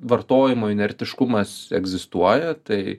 vartojimui inertiškumas egzistuoja tai